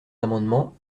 amendements